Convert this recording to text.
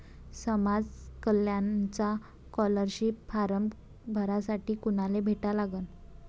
समाज कल्याणचा scholarship form भरासाठी कुनाले भेटा लागन?